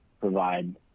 provide